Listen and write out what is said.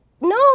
No